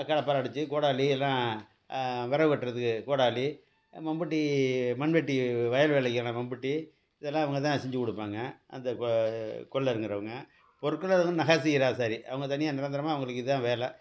கடப்பாரை அடித்து கோடாரி எல்லாம் விறகு வெட்டுறதுக்கு கோடாரி மம்பட்டி மண்வெட்டி வயல் வேலைக்கான மம்பட்டி இதெல்லாம் இவங்க தான் செஞ்சு கொடுப்பாங்க அந்த இப்போ கொள்ளருங்கிறவங்க பொற்கொள்ளருங்க நகை செய்கிற ஆசாரி அவங்க தனியாக நிரந்தரமாக அவங்களுக்கு இதான் வேலை